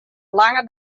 lange